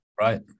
Right